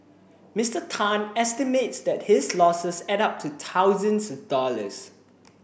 Mister Tan estimates that his losses add up to thousands of dollars